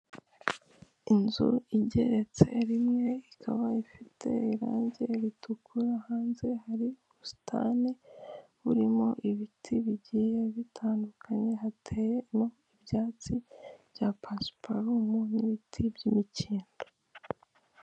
Inzu igeretse rimwe ikaba ifite irangi ritukura hanze hari ubusitani burimo ibiti bigiye bitandukanye hateyemo ibyatsi bya pasiparumu n'ibiti by'imikindo.